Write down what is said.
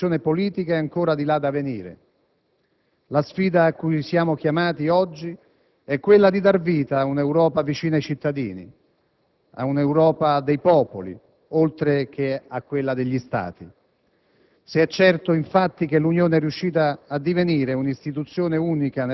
hanno avuto certamente un ruolo aggregante in termini monetari, mentre l'integrazione politica è ancora di là da venire. La sfida cui siamo chiamati oggi è quella di dare vita a un'Europa vicina ai cittadini, a un'Europa dei popoli oltre che a quella degli Stati.